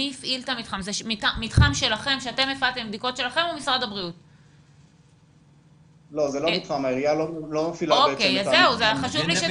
זה לא רק משרד הבריאות אלא זה גם כל אחת